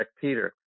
Peter